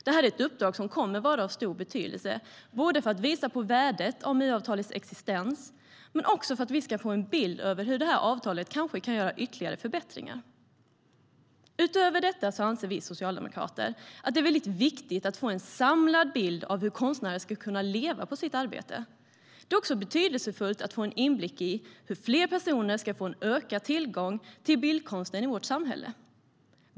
Det är ett uppdrag som kommer att vara av stor betydelse för att visa på värdet av MU-avtalets existens men också för att vi ska få en bild av hur avtalet kanske kan leda till ytterligare förbättringar. Det är också betydelsefullt att få en inblick i hur fler personer ska få en ökad tillgång till bildkonsten i vårt samhälle.